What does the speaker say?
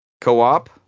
Co-op